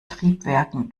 triebwerken